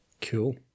cool